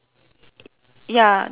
ya the wooden it